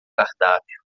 cardápio